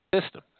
system